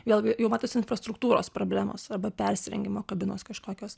vėlgi jau matosi infrastruktūros problemos arba persirengimo kabinos kažkokios